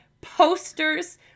posters